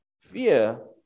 fear